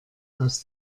aus